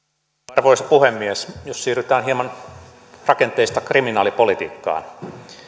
arvoisa puhemies jos siirrytään rakenteista kriminaalipolitiikkaan